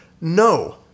no